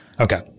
Okay